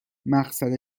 مقصد